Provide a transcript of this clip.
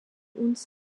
uns